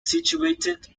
situated